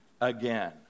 again